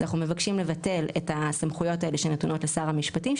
אז אנחנו מבקשים לבטל את הסמכויות האלה שניתנות לשר המשפטים,